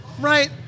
Right